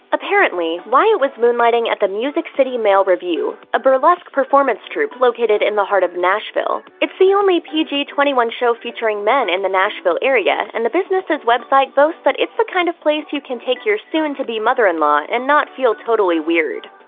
apparently, wyatt was moonlighting at the music city male revue, a burlesque performance troupe, located in the heart of nashville. it's the only pg twenty one show featuring men in the nashville area, and the business's website boasts that it's the kind of place you can take your soon-to-be-mother-in-law and not feel totally weird.